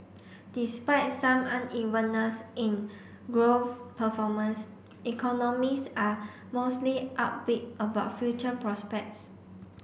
despite some unevenness in growth performance economists are mostly upbeat about future prospects